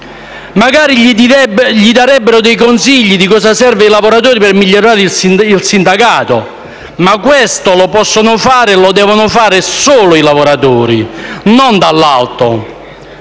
Magari gli darebbero dei consigli relativamente a ciò che serve ai lavoratori per migliorare il sindacato, ma questo lo possono fare e lo devono fare solo i lavoratori, non deve